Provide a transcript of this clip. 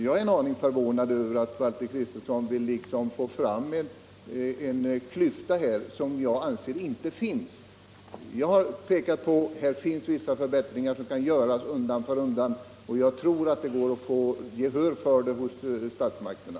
Jag är något förvånad över att herr Valter Kristenson vill konstruera fram en klyfta som jag anser inte finns. Vi har pekat på vissa förbättringar som kan göras undan för undan, och jag tror att vi kan få gehör för våra förslag hos statsmakterna.